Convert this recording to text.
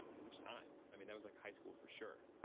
which time, i mean, that was like high school for sure.